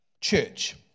Church